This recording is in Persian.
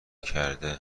کرده